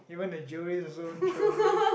even the jewelleries also won't throw away